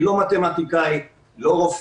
אני לא מתמטיקאי, לא רופא,